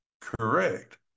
correct